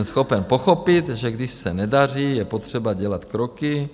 Jsem schopen pochopit, že když se nedaří, je potřeba dělat kroky,